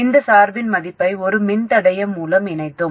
இந்த சார்பின் மதிப்பை ஒரு மின்தடையம் மூலம் இணைத்தோம்